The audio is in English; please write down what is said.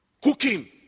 Cooking